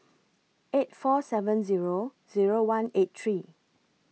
eight four seven Zero Zero one eight three